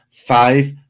five